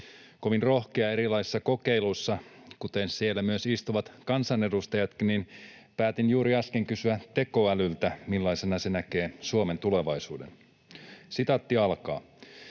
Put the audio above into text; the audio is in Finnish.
kovin rohkea erilaisissa kokeiluissa, kuten myös siellä istuvat kansanedustajatkin, niin päätin juuri äsken kysyä tekoälyltä, millaisena se näkee Suomen tulevaisuuden: ”Suomi on